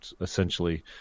essentially